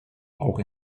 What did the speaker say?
auch